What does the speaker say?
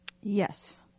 Yes